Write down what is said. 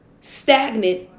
stagnant